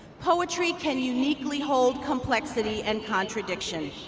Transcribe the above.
poetry can uniquely hold complexity and contradiction.